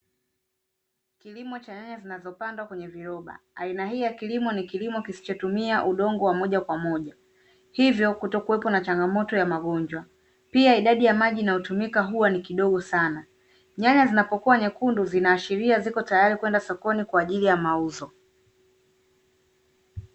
Kilimo cha nyanya zinazopandwa kwenye viroba. Aina hii ya kilimo ni kilimo kisichotumia udongo wa moja kwa moja, hivyo kutokuwepo na changamoto ya magonjwa. Pia idadi ya maji inayotumika huwa ni kidogo sana. Nyanya zinapokuwa nyekundu zinaashiria ziko tayari kwenda sokoni kwa ajili ya mauzo.